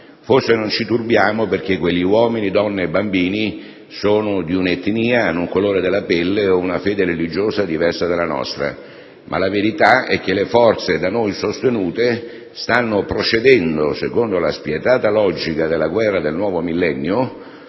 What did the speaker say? Forse non ci turbiamo perché quegli uomini, donne e bambini sono di un'etnia, una pelle o una fede religiosa diverse dalle nostre, ma la verità è che le forze da noi sostenute stanno procedendo, secondo la spietata logica della guerra del nuovo millennio,